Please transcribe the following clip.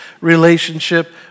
relationship